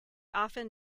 often